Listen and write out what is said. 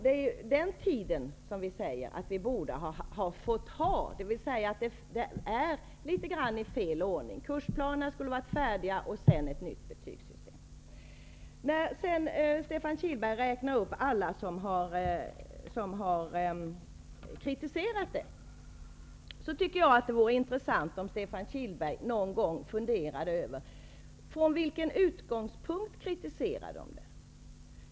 Det är den tiden som vi säger att vi borde ha fått ha, dvs. att saker och ting sker litet grand i fel ordning. Kursplanerna borde vara färdiga först, och sedan ett nytt betygssystem. När Stefan Kihlberg räknar upp alla som har kritiserat beredningens förslag, tycker jag att det vore intressant om Stefan Kihlberg någon gång funderade över från vilken utgångspunkt förslaget kritiserats.